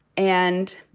and